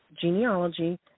genealogy